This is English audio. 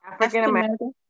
African-American